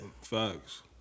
Facts